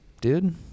dude